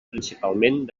principalment